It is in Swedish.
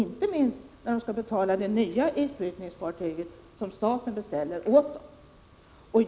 Dessutom skall det nya isbrytningsfartyg som staten har beställt betalas.